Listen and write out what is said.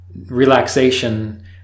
relaxation